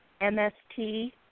MST